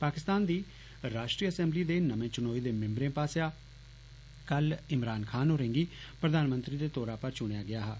पाकिस्तान दी राष्ट्रीय असैम्बली दे नमें चुनोय दे मिम्बरें पास्सेआ कल इमरान खान होरेंगी प्रधानमंत्री दे तौरा पर चुनेआ गेआ हा